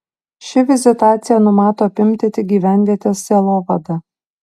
ši vizitacija numato apimti tik gyvenvietės sielovadą